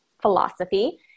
philosophy